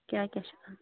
کیٛاہ کیٛاہ چھُ اَنُن